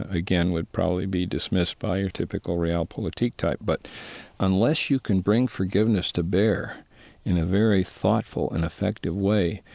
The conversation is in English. again, would probably be dismissed by your typical realpolitik type. but unless you can bring forgiveness to bear in a very thoughtful and effective way,